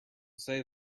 say